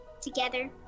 together